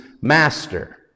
master